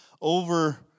over